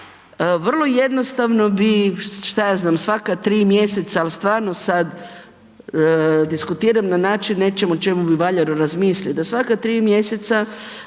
vrlo jednostavno bi šta ja znam, svaka tri mjeseca, ali stvarno sad diskutiram na način o nečemu o čemu bi valjalo razmisliti, da svaka tri mjeseca